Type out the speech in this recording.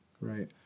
right